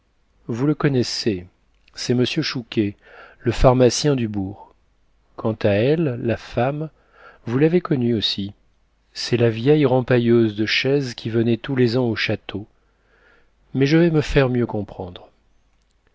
vous le connaissez c'est m chouquet le pharmacien du bourg quant à elle la femme vous l'avez connue aussi c'est la vieille rempailleuse de chaises qui venait tous les ans au château mais je vais me faire mieux comprendre